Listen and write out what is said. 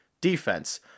defense